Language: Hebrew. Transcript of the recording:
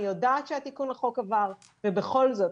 אני יודעת שהתיקון לחוק עבר ובכל זאת,